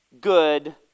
good